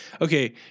okay